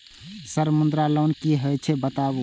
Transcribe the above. Sir Mudra loan की हे छे बताबू?